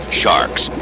sharks